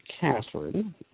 Catherine